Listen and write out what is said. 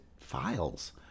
files